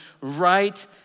right